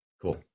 Cool